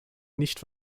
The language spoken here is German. nicht